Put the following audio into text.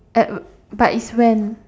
at but is when